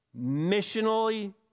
missionally